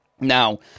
Now